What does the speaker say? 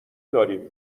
داریم